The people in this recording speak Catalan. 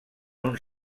uns